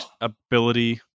ability